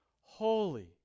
Holy